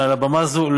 מעל הבמה הזאת,